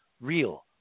real